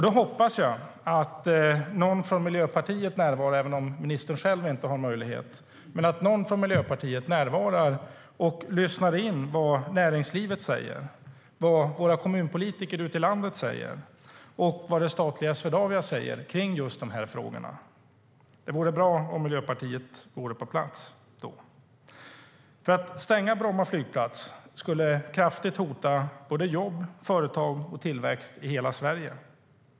Då hoppas jag att någon från Miljöpartiet närvarar, även om ministern själv inte har möjlighet, och lyssnar in vad näringslivet säger, vad våra kommunpolitiker ute i landet säger och vad det statliga Swedavia säger om just de här frågorna. Det vore bra om Miljöpartiet var på plats då. Att stänga Bromma flygplats skulle kraftigt hota såväl jobb som företag och tillväxt i hela Sverige.